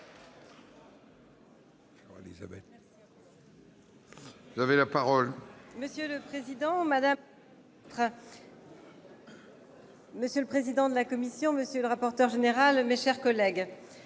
Vous avez la parole,